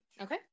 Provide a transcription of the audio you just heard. Okay